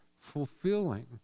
fulfilling